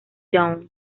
young